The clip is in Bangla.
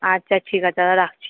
আচ্ছা ঠিক আছে তাহলে রাখছি